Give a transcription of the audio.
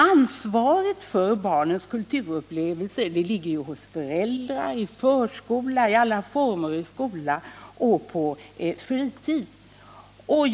Ansvaret för barnens kulturupplevelser ligger hos föräldrarna, på förskola och alla andra former av skola och hos dem som handhar fritidsverksamheten.